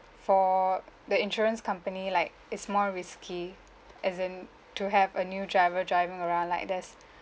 for the insurance company like it's more risky as in to have a new driver driving around like there's